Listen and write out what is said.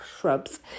shrubs